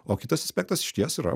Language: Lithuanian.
o kitas aspektas išties yra